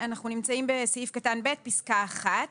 סעיף קטן (ב) פסקה (1).